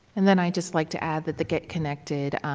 and then i'd just like to add that the get connected